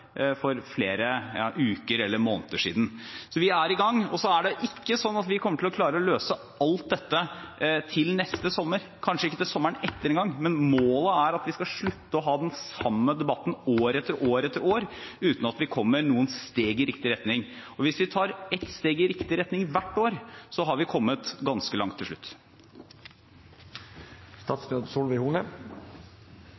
for flere uker – eller måneder – siden. Så vi er i gang! Så er det ikke sånn at vi klarer å løse alt dette til neste sommer, og kanskje ikke engang til sommeren etter, men målet er at vi skal slutte å ha den samme debatten år etter år etter år uten at vi kommer noen steg i riktig retning. Hvis vi tar ett steg i riktig retning hvert år, så har vi kommet ganske langt til slutt.